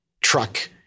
truck